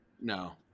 No